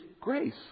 grace